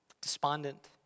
despondent